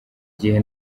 gihe